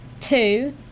Two